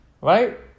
right